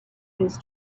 his